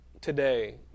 today